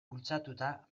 bultzatuta